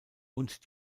und